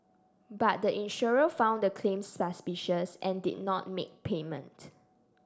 but the insurer found the claims suspicious and did not make payment